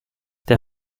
der